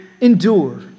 endure